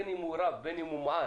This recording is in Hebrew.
בין אם הוא רב, בין הוא מועט,